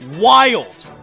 wild